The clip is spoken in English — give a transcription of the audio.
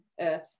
earth